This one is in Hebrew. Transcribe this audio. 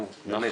נו באמת.